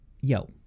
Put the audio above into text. yo